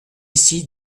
ici